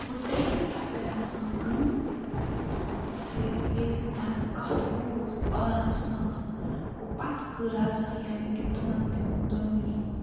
گوٚو ترٛیٚیِم کیٛاہ کَرِ اِنسان کٲم زِ ییٚلہِ کَتھ بوٗز آرام سان گوٚو پتہٕ کٔر رضا یعنی کہِ تِمَن تہِ ووٚن دۄنؤنی ووٚنُکھ